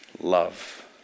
love